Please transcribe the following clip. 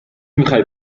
میخوایی